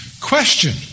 Question